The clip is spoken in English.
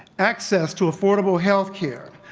access to affordable health care,